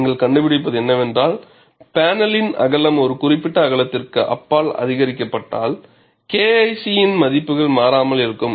நீங்கள் கண்டுபிடிப்பது என்னவென்றால் பேனலின் அகலம் ஒரு குறிப்பிட்ட அகலத்திற்கு அப்பால் அதிகரிக்கப்பட்டால் KIC இன் மதிப்பு மாறாமல் இருக்கும்